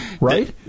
right